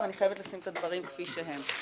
ואני חייבת לשים את הדברים כפי שהם.